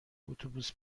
اتوبوس